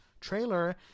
trailer